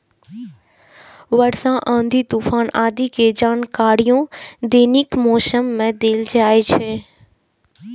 वर्षा, आंधी, तूफान आदि के जानकारियो दैनिक मौसम मे देल जाइ छै